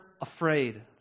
afraid